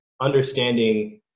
understanding